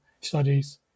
studies